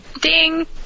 Ding